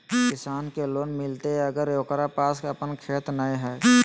किसान के लोन मिलताय अगर ओकरा पास अपन खेत नय है?